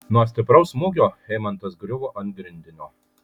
nuo stipraus smūgio eimantas griuvo ant grindinio